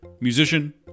musician